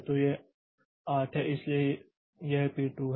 तो यह 8 है इसलिए यह P2 है